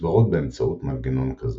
מוסברת באמצעות מנגנון כזה.